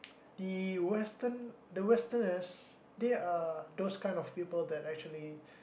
the Western the Westerners they are those kind of people that actually